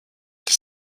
des